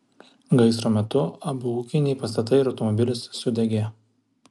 gaisro metu abu ūkiniai pastatai ir automobilis sudegė